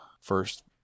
first